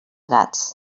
gats